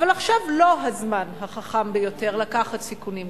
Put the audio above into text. אבל עכשיו לא הזמן החכם ביותר לקחת סיכונים גדולים.